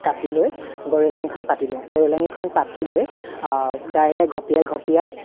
কাটি লৈ গৰৈ লাঙিখন পাতি লওঁ গৰৈ লাঙিখন পাতি লৈ দাৰে ঘপিয়াই ঘপিয়াই